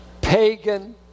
pagan